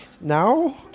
now